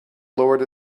lowered